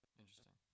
interesting